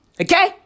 Okay